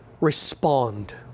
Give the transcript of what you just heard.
respond